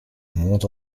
monde